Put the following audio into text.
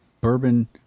bourbon